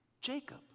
Jacob